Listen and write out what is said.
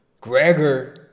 Gregor